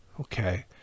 okay